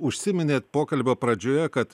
užsiminėt pokalbio pradžioje kad